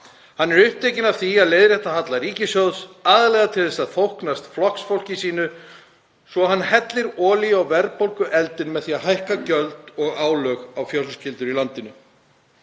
Hann er upptekinn af því að leiðrétta halla ríkissjóðs, aðallega til að þóknast flokksfólki sínu, svo hann hellir olíu á verðbólgueldinn með því að hækka gjöld og álögur á fjölskyldur í landinu.